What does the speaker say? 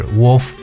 wolf